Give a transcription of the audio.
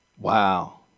Wow